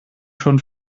schon